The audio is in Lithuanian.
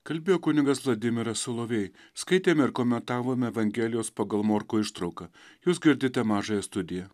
kalbėjo kunigas vladimiras solovej skaitėme ir komentavome evangelijos pagal morkų ištrauką jūs girdite mažąją studiją